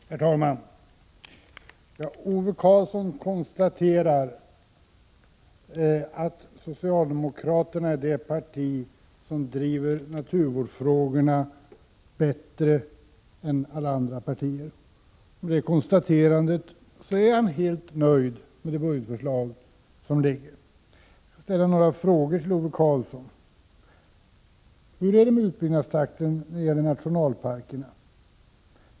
Herr talman! Ove Karlsson konstaterar att socialdemokraterna är det parti som driver naturvårdsfrågorna bättre än övriga partier. Med det konstaterandet låter han sig nöja när det gäller föreliggande budgetförslag. Jag vill ställa några frågor till Ove Karlsson: Hur är det med utbyggnadstakten när det gäller nationalparkerna?